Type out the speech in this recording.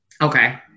Okay